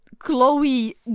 Chloe